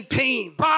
pain